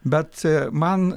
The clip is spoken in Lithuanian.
bet man